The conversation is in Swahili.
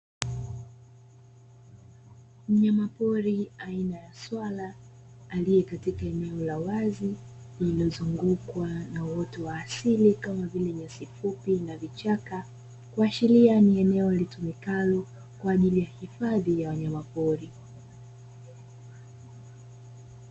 Mnyamapori aina ya swala akiwa katika eneo la wazi lililozungukwa na uoto wa asili kama vile nyasi fupi na vichaka, kuashiria ni eneo litumikalo kwa ajili ya hifadhi ya wanyama pori.